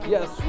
Yes